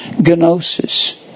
gnosis